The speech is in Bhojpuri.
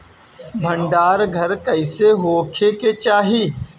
भंडार घर कईसे होखे के चाही?